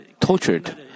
tortured